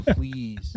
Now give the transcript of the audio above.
please